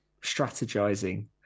strategizing